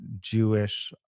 Jewish